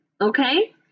Okay